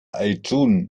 aaiún